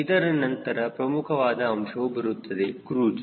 ಇದರ ನಂತರ ಪ್ರಮುಖವಾದ ಅಂಶವು ಬರುತ್ತದೆ ಕ್ರೂಜ್